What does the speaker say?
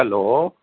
hello